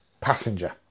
passenger